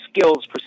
skills